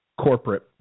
corporate